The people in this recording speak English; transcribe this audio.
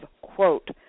quote